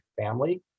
family